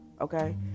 okay